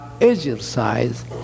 exercise